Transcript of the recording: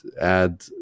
add